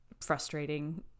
frustrating